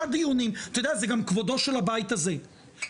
תדע זה גם כבודו של הבית הזה,